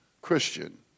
Christian